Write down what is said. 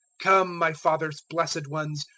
come, my father's blessed ones,